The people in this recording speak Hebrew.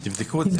תבדקו את זה.